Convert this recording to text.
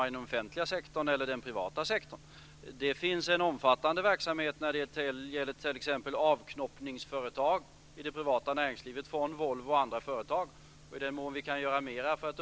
Jag ställer denna fråga till statsministern.